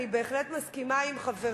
אני בהחלט מסכימה עם חברתי,